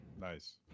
Nice